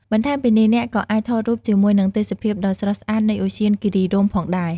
បន្ថែមពីនេះ អ្នកក៏អាចថតរូបជាមួយនឹងទេសភាពដ៏ស្រស់ស្អាតនៃឧទ្យានគិរីរម្យផងដែរ។